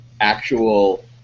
actual